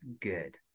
good